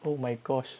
oh my gosh